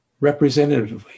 representatively